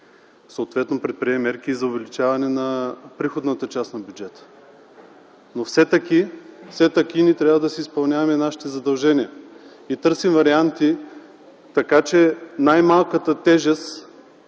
съответно предприе мерки и за увеличаване на приходната част на бюджета. Но все така ние трябва да си изпълняваме нашите задължения и търсим варианти, така че най-малката тежест